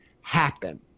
happen